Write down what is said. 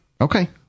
Okay